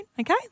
Okay